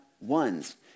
ones